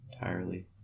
entirely